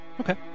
Okay